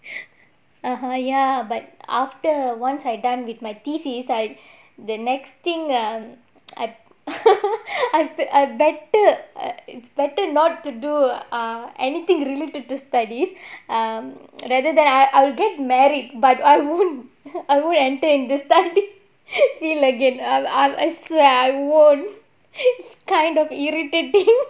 (uh huh) ya but after once I done with my thesis like the next thing err I better it's better not to do err anything related to studies um rather than I'll get married but I wouldn't I wouldn't enter in the study field again um I I swear I won't it's kind of irritating